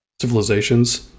civilizations